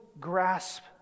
grasp